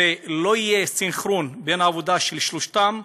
ולא יהיה סנכרון בין העבודה של שלושתם,